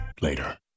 later